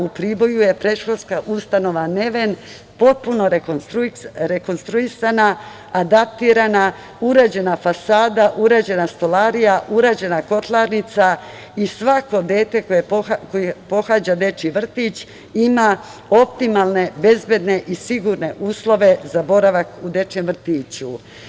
U Priboju je predškolska ustanova Neven potpuno rekonstruisana, adaptirana, urađena fasada, urađena stolarija, urađena kotlarnica i svako dete koje pohađa dečiji vrtić ima optimalne, bezbedne i sigurne uslove za boravak u dečijem vrtiću.